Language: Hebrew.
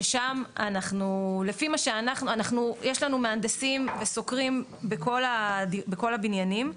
ששם, אנחנו יש לנו מהנדסים וסוקרים בכל הבניינים,